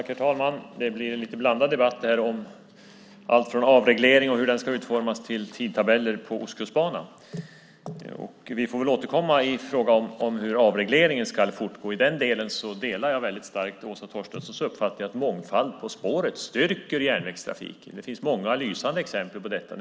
Herr talman! Det blir en bli lite blandad debatt om allt från avreglering och hur den ska utformas till tidtabeller på Ostkustbanan. Vi får väl återkomma i fråga om hur avregleringen ska fortgå. I den delen delar jag väldigt starkt Åsa Torstenssons uppfattning att mångfald på spåret styrker järnvägstrafiken. Det finns många lysande exempel på detta.